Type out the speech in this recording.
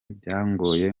byangoye